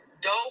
dope